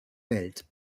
welt